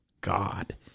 God